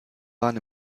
waren